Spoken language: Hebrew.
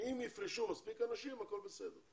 -- שאם יפרשו מספיק אנשים הכול בסדר.